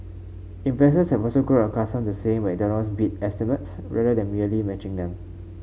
investors also have grown accustomed to seeing McDonald's beat estimates rather than merely matching them